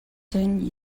ten